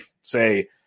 say